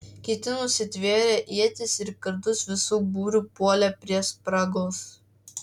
kiti nusitvėrę ietis ir kardus visu būriu puolė prie spragos